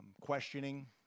questioning